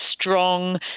strong